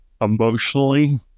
emotionally